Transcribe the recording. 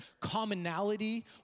commonality